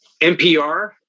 NPR